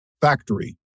factory